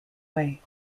way